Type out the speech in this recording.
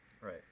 Right